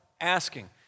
Asking